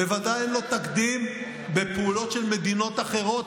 בוודאי אין לו תקדים בפעולות של מדינות אחרות,